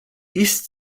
ist